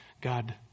God